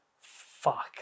fuck